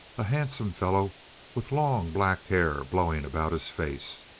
a handsome fellow with long black hair blowing about his face.